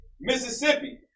Mississippi